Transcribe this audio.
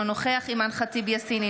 אינו נוכח אימאן ח'טיב יאסין,